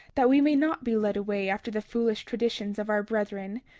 that we may not be led away after the foolish traditions of our brethren,